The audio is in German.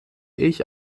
ich